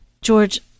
George